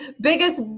biggest